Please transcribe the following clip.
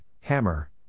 Hammer